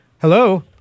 Hello